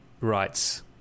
rights